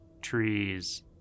trees